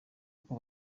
uko